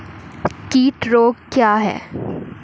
कीट रोग क्या है?